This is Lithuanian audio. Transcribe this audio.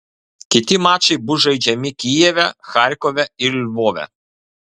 kiti mačai bus žaidžiami kijeve charkove ir lvove